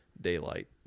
daylight